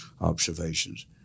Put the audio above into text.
observations